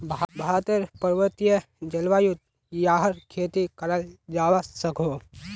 भारतेर पर्वतिये जल्वायुत याहर खेती कराल जावा सकोह